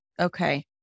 Okay